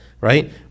right